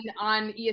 on